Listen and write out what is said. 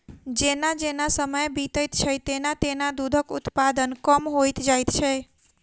जेना जेना समय बीतैत छै, तेना तेना दूधक उत्पादन कम होइत जाइत छै